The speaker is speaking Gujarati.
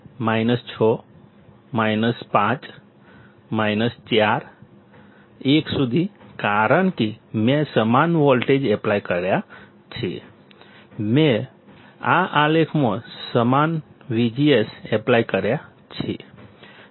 6 5 4 1 સુધી કારણ કે મેં સમાન વોલ્ટેજ એપ્લાય કર્યા છે મેં આ આલેખમાં સમાન VGS એપ્લાય કર્યા છે